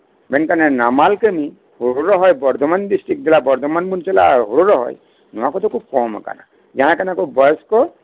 ᱢᱮᱱᱠᱷᱟᱱ ᱱᱟᱢᱟᱞ ᱠᱟᱹᱢᱤ ᱦᱩᱲᱩ ᱨᱚᱦᱚᱭ ᱵᱚᱨᱫᱷᱚᱢᱟᱱ ᱰᱤᱥᱴᱤᱠ ᱫᱮᱞᱟ ᱵᱚᱨᱫᱷᱚᱢᱟᱱ ᱵᱚᱱ ᱪᱟᱞᱟᱜᱼᱟ ᱦᱩᱲᱩ ᱨᱚᱦᱚᱭ ᱱᱚᱶᱟ ᱠᱚᱫᱚ ᱠᱚ ᱠᱚᱢ ᱟᱠᱟᱱᱟ ᱡᱟᱦᱟᱸᱭ ᱠᱟᱱᱟ ᱠᱚ ᱵᱚᱭᱮᱥᱠᱚ